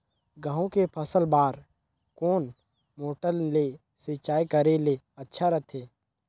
गहूं के फसल बार कोन मोटर ले सिंचाई करे ले अच्छा रथे?